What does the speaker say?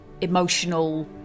emotional